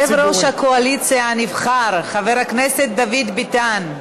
יושב-ראש הקואליציה הנבחר חבר הכנסת דוד ביטן,